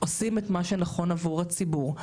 עושים את מה שנכון עבור הציבור,